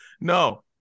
No